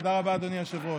תודה רבה, אדוני היושב-ראש.